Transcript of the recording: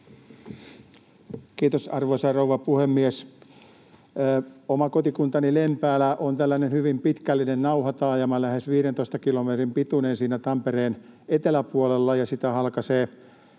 Kiitos, arvoisa rouva puhemies! Oma kotikuntani Lempäälä on tällainen hyvin pitkällinen nauhataajama, lähes 15 kilometrin pituinen, Tampereen eteläpuolella. Sitä halkaisee